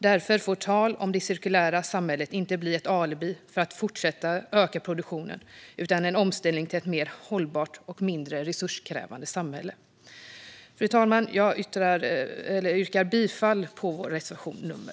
Därför får tal om det cirkulära samhället inte bli ett alibi för att fortsätta öka produktionen utan en omställning till ett mer hållbart och mindre resurskrävande samhälle. Fru talman! Jag yrkar bifall till vår reservation nr 9.